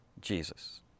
Jesus